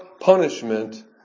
punishment